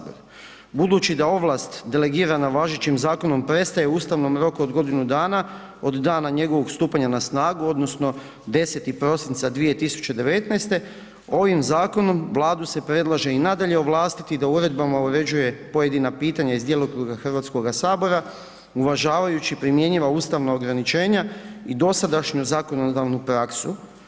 Budući da ovlast delegirana važećim zakonom prestaje ustavnim rokom od godinu dana od dana njegovog stupanja na snagu, odnosno 10. prosinca 2019., ovim zakonom, Vladu se predlaže i nadalje ovlastiti da uredbama uređuje pojedina pitanja iz djelokruga HS-a uvažavajući primjenjiva ustavna ograničenja i dosadašnju zakonodavnu praksu.